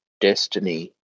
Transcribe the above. destiny